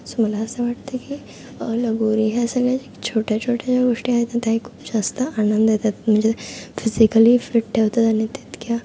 so मला असं वाटतं की लगोरी ह्या सगळ्या छोट्या छोट्या ज्या गोष्टी आहेत ना त्याही खूप जास्त आनंद देतात म्हणजे फिजिकली फिट ठेवतात आणि तितक्या